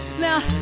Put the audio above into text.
Now